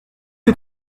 que